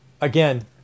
again